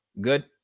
Good